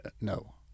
No